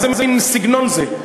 איזה מין סגנון זה?